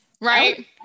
right